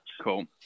Cool